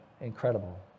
Incredible